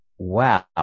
wow